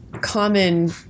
common